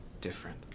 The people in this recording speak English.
different